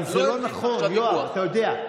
אבל זה לא נכון, יואב, אתה יודע.